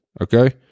Okay